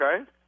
okay